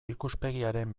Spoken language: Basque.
ikuspegiaren